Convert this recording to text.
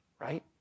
right